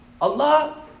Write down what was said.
Allah